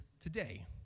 today